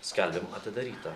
skelbiam atidarytą